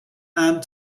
and